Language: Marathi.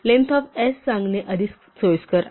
लेंग्थ ऑफ s सांगणे अधिक सोयीस्कर आहे